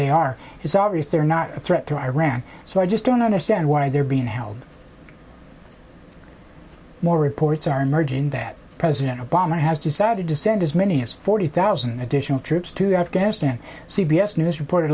they are it's obvious they're not a threat to iran so i just don't understand why they're being held more reports are emerging that president obama has decided to send as many as forty thousand additional troops to afghanistan c b s news reporte